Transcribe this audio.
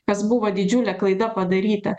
kas buvo didžiulė klaida padaryta